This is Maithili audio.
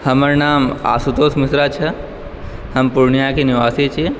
हमर नाम आशुतोष मिश्रा छै हम पूर्णियाके निवासी छी